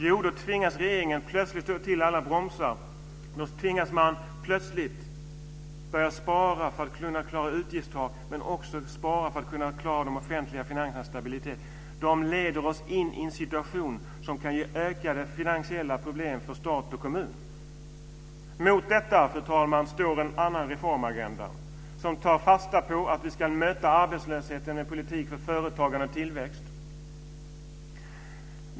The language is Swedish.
Jo, då tvingas regeringen plötsligt slå till alla bromsar, och man tvingas plötsligt börja spara för att klara utgiftstaket men också för att klara de offentliga finansernas stabilitet. Det leder oss in i en situation som kan ge ökade finansiella problem för stat och kommun. Mot detta, fru talman, står en annan reformagenda, som tar fasta på att vi ska möta arbetslösheten med en politik för företagande och tillväxt.